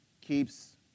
keeps